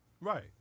Right